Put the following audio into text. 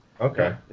Okay